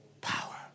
power